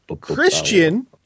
Christian